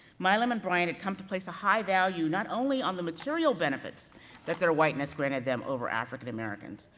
milam and bryant had come to place a high value, not only on the material benefits that their whiteness granted them over african americans,